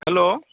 hello